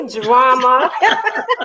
drama